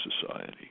society